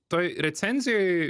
toj recenzijoj